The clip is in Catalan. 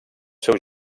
seus